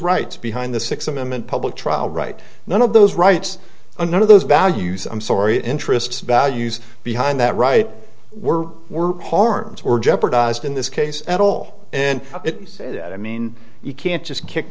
rights behind the six of them in public trial right none of those rights and none of those values i'm sorry interests values behind that right were were harmed or jeopardized in this case at all and i mean you can't just kick